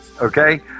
okay